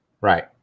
Right